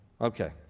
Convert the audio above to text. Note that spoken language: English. Okay